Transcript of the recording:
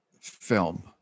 film